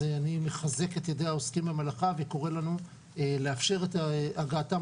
אני מחזק את ידי העוסקים במלאכה וקורא לנו לאפשר את הגעתם